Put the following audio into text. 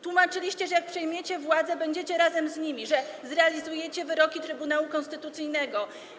Tłumaczyliście, że jak przejmiecie władzę, będziecie razem z nimi, że zrealizujecie wyroki Trybunału Konstytucyjnego.